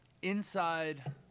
Inside